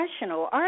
National